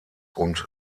und